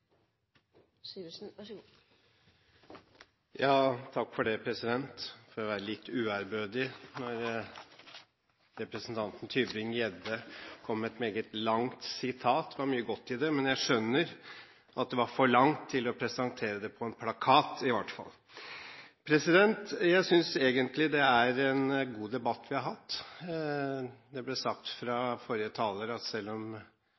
For å være litt uærbødig: Representanten Tybring-Gjedde kom med et meget langt sitat. Det var mye godt i det, men jeg skjønner at det var for langt til at man kunne presentere det på en plakat, i hvert fall. Jeg synes egentlig det er en god debatt vi har hatt. Forrige taler sa at selv om